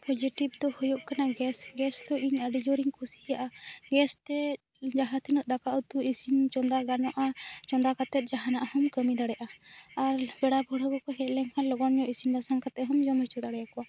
positive ᱫᱚ ᱦᱩᱭᱩᱜ ᱠᱟᱱᱟ ᱜᱮᱥ ᱜᱮᱥ ᱤᱧ ᱤᱧ ᱟᱹᱰᱤ ᱡᱩᱨ ᱤᱧ ᱠᱩᱥᱤᱭᱟᱜᱼᱟ ᱜᱮᱥ ᱛᱮ ᱡᱟᱦᱟᱸ ᱛᱤᱱᱟ ᱜ ᱫᱟᱠᱟ ᱩᱛᱩ ᱤᱥᱤᱱ ᱪᱚᱸᱫᱟᱭ ᱜᱟᱱᱚᱜᱼᱟ ᱪᱚᱸᱫᱟ ᱠᱟᱛᱮ ᱡᱟᱦᱟᱸᱱᱟᱜ ᱦᱚᱢ ᱠᱟᱹᱢᱤ ᱫᱟᱲᱮᱭᱟᱜᱼᱟ ᱟᱨ ᱯᱮᱲᱟ ᱯᱟᱹᱲᱦᱟᱹ ᱠᱚᱠᱚ ᱦᱮᱡ ᱞᱮᱱ ᱠᱷᱟᱱ ᱞᱚᱜᱚᱱ ᱧᱚᱜ ᱤᱥᱤᱱ ᱠᱟᱛᱮᱫ ᱦᱚᱢ ᱡᱚᱢ ᱚᱪᱚ ᱫᱟᱲᱨᱭᱟ ᱠᱚᱣᱟ